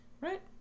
Right